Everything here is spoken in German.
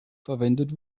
verwendet